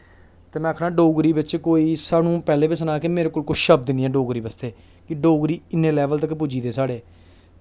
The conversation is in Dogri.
ते में आखना कि डोगरी बिच कोई सानूं पैह्लें बी सनाया कोई कुछ शब्द निं हैन डोगरी बास्तै कि डोगरी इ'न्ने लेवल तक पुज्जी दी साढ़े